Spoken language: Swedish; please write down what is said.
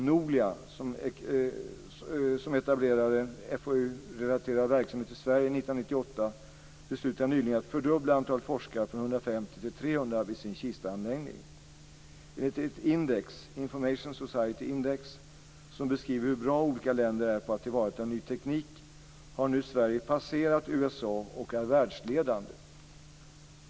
Nolia, som etablerade FoU-relaterad verksamhet i Sverige 1998, beslutade nyligen att fördubbla antalet forskare från 150 till 300 vid sin Kistaanläggning. Enligt ett index - Information Society Index - som beskriver hur bra olika länder är på att ta till vara ny teknik har nu Sverige passerat USA och är världsledande.